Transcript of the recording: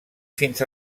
fins